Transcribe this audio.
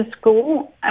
school